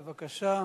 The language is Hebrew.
בבקשה.